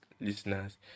listeners